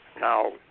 Now